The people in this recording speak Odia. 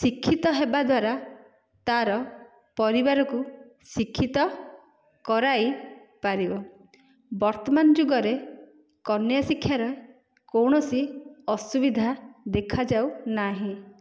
ଶିକ୍ଷିତ ହେବାଦ୍ୱାରା ତାର ପରିବାରକୁ ଶିକ୍ଷିତ କରାଇପାରିବ ବର୍ତ୍ତମାନ ଯୁଗରେ କନ୍ୟା ଶିକ୍ଷାର କୌଣସି ଅସୁବିଧା ଦେଖାଯାଉନାହିଁ